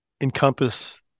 encompass